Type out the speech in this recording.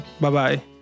Bye-bye